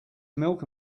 milk